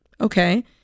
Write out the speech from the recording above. okay